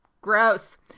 Gross